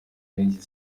benshi